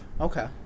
okay